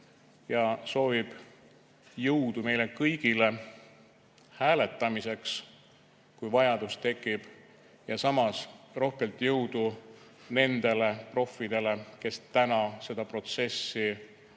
ja soovib jõudu meile kõigile hääletamiseks, kui vajadus tekib. Ja samas rohkelt jõudu nendele proffidele, kes täna seda protsessi